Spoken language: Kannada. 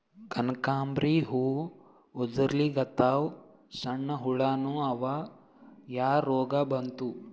ಕನಕಾಂಬ್ರಿ ಹೂ ಉದ್ರಲಿಕತ್ತಾವ, ಸಣ್ಣ ಹುಳಾನೂ ಅವಾ, ಯಾ ರೋಗಾ ಬಂತು?